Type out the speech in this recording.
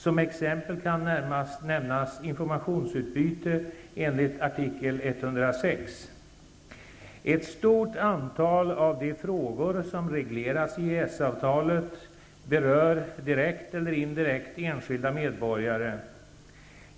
Som exempel kan nämnas informationsutbyte enligt artikel 106. Ett stort antal av de frågor som regleras i EES avtalet berör, direkt eller indirekt, enskilda medborgare.